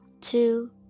two